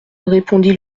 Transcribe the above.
répondit